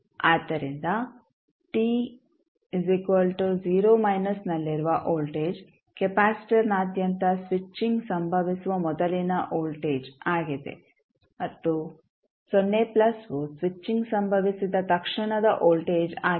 ಆದ್ದರಿಂದ t 0 ನಲ್ಲಿರುವ voltage ಕೆಪಾಸಿಟರ್ನಾದ್ಯಂತ ಸ್ವಿಚಿಂಗ್ ಸಂಭವಿಸುವ ಮೊದಲಿನ ವೋಲ್ಟೇಜ್ ಆಗಿದೆ ಮತ್ತು 0 ಪ್ಲಸ್ವು ಸ್ವಿಚಿಂಗ್ ಸಂಭವಿಸಿದ ತಕ್ಷಣದ ವೋಲ್ಟೇಜ್ ಆಗಿದೆ